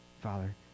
Father